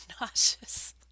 nauseous